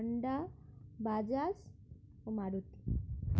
Honda Bajaj ও মারুতি